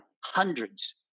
hundreds